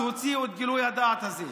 מה שאלת?